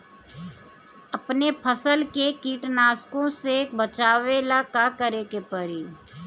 अपने फसल के कीटनाशको से बचावेला का करे परी?